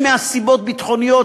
אם מסיבות ביטחוניות,